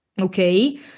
okay